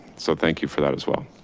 so thank you for that as well.